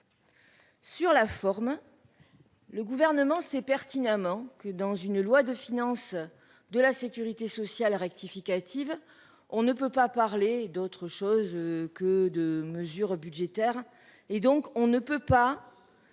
Sur la forme. Le gouvernement sait pertinemment que dans une loi de finances de la Sécurité sociale rectificative. On ne peut pas parler d'autre chose que de mesures budgétaires et donc on ne peut pas.